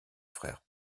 frère